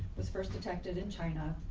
was first detected in china.